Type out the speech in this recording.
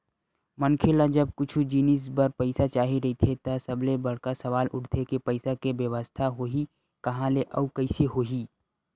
मनखे ल जब कुछु जिनिस बर पइसा चाही रहिथे त सबले बड़का सवाल उठथे के पइसा के बेवस्था होही काँहा ले अउ कइसे होही